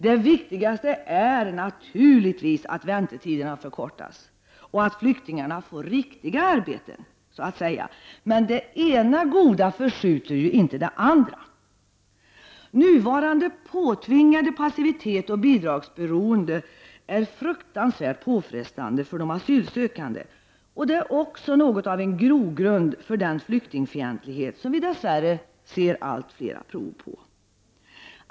Det viktigaste är naturligtvis att väntetiderna förkortas och att flyktingarna får riktiga arbeten, men det ena goda förskjuter ju inte det andra. Nuvarande påtvingade passivitet och bidragsberoende är fruktansvärt påfrestande för de asylsökande, och det är också något av en grogrund för den flyktingfientlighet som vi dess värre ser allt flera prov på.